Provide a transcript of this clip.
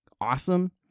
awesome